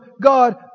God